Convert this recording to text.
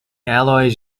alloys